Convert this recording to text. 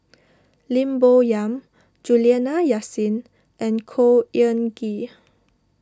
Lim Bo Yam Juliana Yasin and Khor Ean Ghee